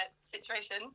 situation